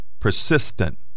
persistent